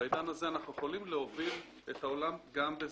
בעידן הזה אנחנו יכולים להוביל את העולם גם בזה.